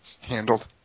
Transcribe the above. Handled